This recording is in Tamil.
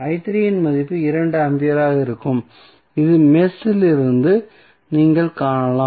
இன் மதிப்பு 2 ஆம்பியராக இருக்கும் இது இந்த மெஷ் இலிருந்து நீங்கள் காணலாம்